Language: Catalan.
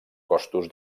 costos